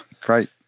Great